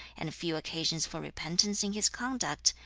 and few occasions for repentance in his conduct,